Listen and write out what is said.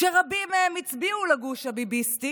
שרבים מהם הצביעו לגוש הביביסטי